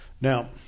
Now